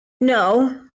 no